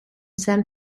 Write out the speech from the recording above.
san